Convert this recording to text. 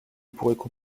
pourraient